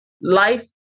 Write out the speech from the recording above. life